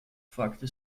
fragte